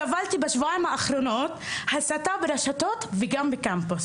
סבלתי בשבועיים האחרונים מהסתה ברשתות וגם בקמפוס